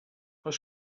oes